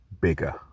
bigger